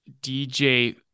dj